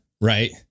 right